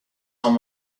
been